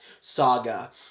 Saga